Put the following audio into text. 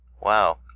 Wow